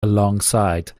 alongside